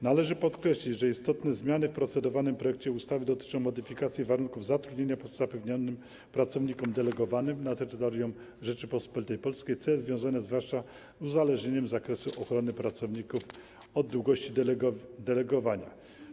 Należy podkreślić, że istotne zmiany w procedowanym projekcie ustawy dotyczą modyfikacji warunków zatrudnienia zapewnianym pracownikom delegowanym na terytorium Rzeczypospolitej Polskiej, co jest związane zwłaszcza z uzależnieniem zakresu ochrony pracowników od długości delegowania.